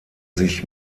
sich